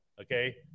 Okay